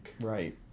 Right